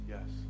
Yes